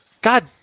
God